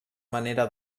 manera